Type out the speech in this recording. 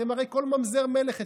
הרי כל ממזר מלך אצלכם,